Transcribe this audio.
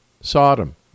Sodom